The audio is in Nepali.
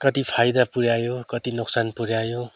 कति फाइदा पुऱ्यायो कति नोक्सान पुऱ्यायो